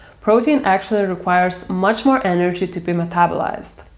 protein actually requires much more energy to be metabolised.